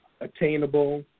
attainable